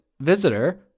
visitor